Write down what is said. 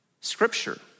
Scripture